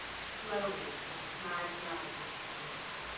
slowly mix my blood with yours